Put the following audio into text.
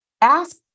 ask